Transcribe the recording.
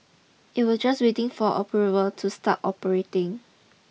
it were just waiting for approval to start operating